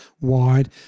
wide